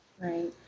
Right